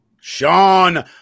Sean